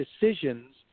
decisions